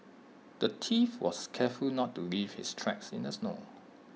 the thief was careful to not leave his tracks in the snow